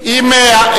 הממשלה.